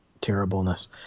terribleness